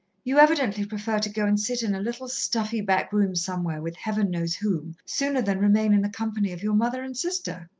you evidently prefer to go and sit in a little stuffy back-room somewhere with heaven knows whom, sooner than remain in the company of your mother and sister.